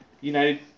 United